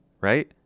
right